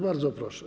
Bardzo proszę.